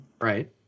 Right